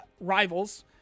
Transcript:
rivals